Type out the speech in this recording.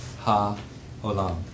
ha-olam